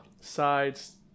sides